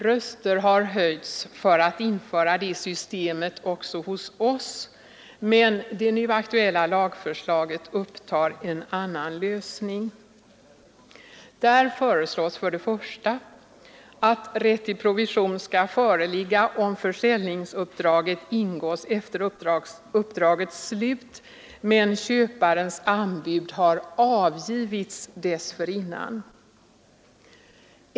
Röster har höjts för att införa det systemet också hos oss, men det nu aktuella lagförslaget upptar en annan lösning. Enligt lagförslaget skall rätt till provision föreligga om försäljningsuppdraget ingås efter uppdragets slut, men köparens anbud har avgivits dessförinnan.